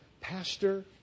Pastor